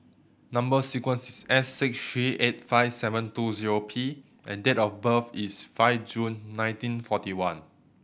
number sequence is S six three eight five seven two zero P and date of birth is five June nineteen forty one